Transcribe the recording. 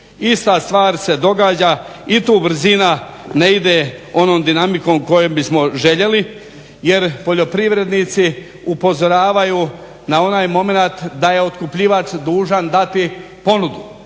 Ista stvar se događa i tu brzina ne ide onom dinamikom kojom bi smo željeli jer poljoprivrednici upozoravaju na onaj momenat da je otkupljivač dužan dati ponudu,